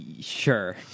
sure